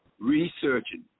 researching